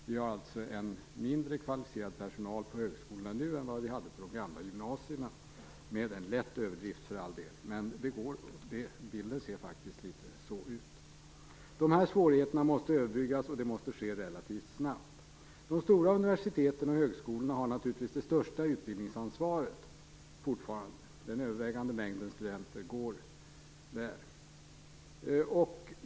Vi har alltså en mindre kvalificerad personal på högskolorna nu än vi hade på de gamla gymnasierna, med en lätt överdrift för all del. Men bilden ser faktiskt ut litet på det sättet. De här svårigheterna måste överbryggas och det måste ske relativt snabbt. De stora universiteten och högskolorna har naturligtvis fortfarande det största utbildningsansvaret. Den övervägande mängden studenter går där.